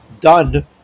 done